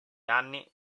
anni